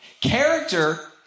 Character